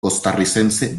costarricense